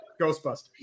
Ghostbusters